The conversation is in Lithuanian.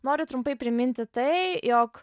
noriu trumpai priminti tai jog